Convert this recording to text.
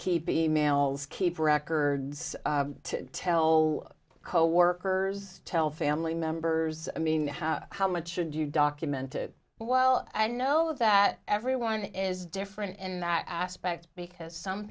keep emails keep records to tell coworkers tell family members i mean how much should you document to well i know that everyone is different in that aspect because some